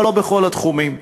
אבל לא בכל התחומים,